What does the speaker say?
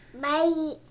Bye